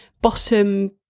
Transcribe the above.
bottom